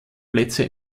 plätze